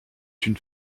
une